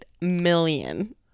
million